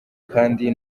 kandi